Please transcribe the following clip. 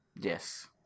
Yes